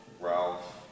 Ralph